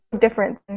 different